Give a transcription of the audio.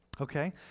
Okay